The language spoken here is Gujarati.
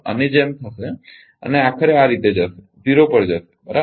આની જેમ જશે અને આખરે આ રીતે જશે 0 પર જશે બરાબર